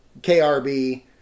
KRb